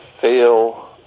fail